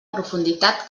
profunditat